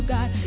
God